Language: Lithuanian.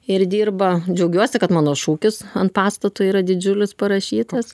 ir dirba džiaugiuosi kad mano šūkis ant pastato yra didžiulis parašytas